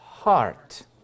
heart